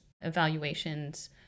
evaluations